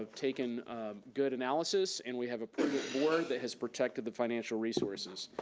um taken good analysis, and we have a brilliant board that has protected the financial resources.